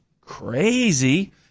crazy